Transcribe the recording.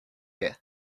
here